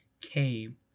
came